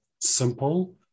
simple